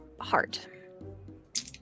heart